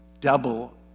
double